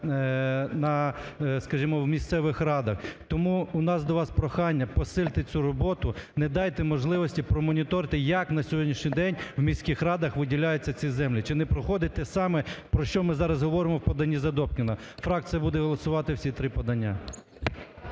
в місцевих радах. Тому у нас до вас прохання, посильте цю роботу, не дайте можливості, промоніторте, як на сьогоднішній день в міських радах виділяються ці землі, чи не проходить те саме, про що ми зараз говоримо в поданні за Добкіна. Фракція буде голосувати всі три подання.